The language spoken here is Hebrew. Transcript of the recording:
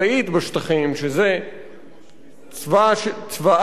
שזה צבאה של ישראל,